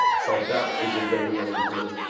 so that is a very, very good,